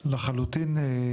לחלוטין.